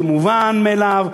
זה מובן מאליו,